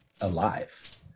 alive